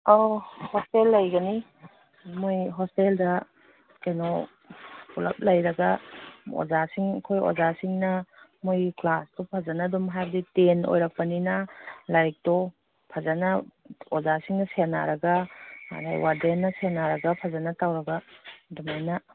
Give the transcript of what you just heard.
ꯑꯧ ꯍꯣꯁꯇꯦꯜ ꯂꯩꯒꯅꯤ ꯃꯣꯏ ꯍꯣꯁꯇꯦꯜꯗ ꯀꯩꯅꯣ ꯄꯨꯂꯞ ꯂꯩꯔꯒ ꯑꯣꯖꯥꯁꯤꯡ ꯑꯩꯈꯣꯏ ꯑꯣꯖꯥꯁꯤꯡꯅ ꯃꯣꯏꯒꯤ ꯀ꯭ꯂꯥꯁꯇꯣ ꯐꯖꯅ ꯑꯗꯨꯝ ꯍꯥꯏꯕꯗꯤ ꯇꯦꯟ ꯑꯣꯏꯔꯛꯄꯅꯤꯅ ꯂꯥꯏꯔꯤꯛꯇꯣ ꯐꯖꯅ ꯑꯣꯖꯥꯁꯤꯡꯅ ꯁꯦꯟꯅꯔꯒ ꯑꯗꯒꯤ ꯋꯥꯔꯗꯦꯟꯅ ꯁꯦꯟꯅꯔꯒ ꯐꯖꯅ ꯇꯧꯔꯒ ꯑꯗꯨꯃꯥꯏꯅ